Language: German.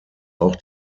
auch